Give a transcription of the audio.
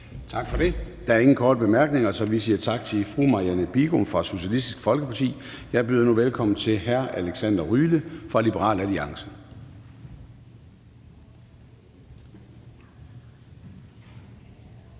Tak for det. Der er ingen korte bemærkninger, så vi siger tak til fru Marianne Bigum fra Socialistisk Folkeparti. Jeg byder nu velkommen til hr. Alexander Ryle fra Liberal Alliance.